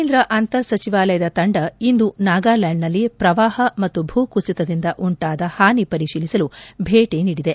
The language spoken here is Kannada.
ಕೇಂದ್ರ ಅಂತರ್ ಸಚಿವಾಲಯದ ತಂಡ ಇಂದು ನಾಗಾಲ್ಯಾಂಡ್ನಲ್ಲಿ ಪ್ರವಾಹ ಮತ್ತು ಭೂಕುಸಿತದಿಂದ ಉಂಟಾದ ಹಾನಿ ಪರಿಶೀಲಿಸಲು ಭೇಟಿ ನೀಡಿದೆ